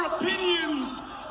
Opinions